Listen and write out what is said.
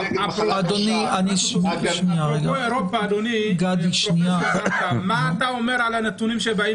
אפרופו אירופה, מה אתה אומר על הנתונים שבאים